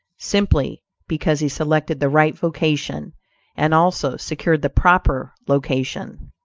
simply because he selected the right vocation and also secured the proper location.